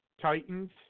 Titans